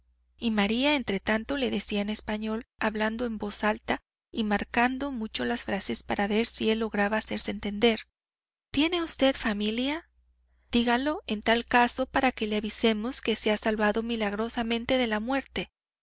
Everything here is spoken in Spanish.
y maría entre tanto le decía en español hablando en voz alta y marcando mucho las frases para ver si lograba hacerse entender tiene usted familia dígalo en tal caso para que la avisemos que se ha salvado milagrosamente de la muerte